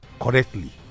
correctly